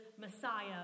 Messiah